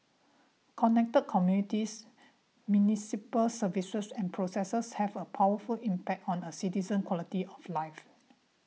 connected communities municipal services and processes have a powerful impact on a citizen's quality of life